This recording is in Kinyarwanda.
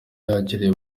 yakiriye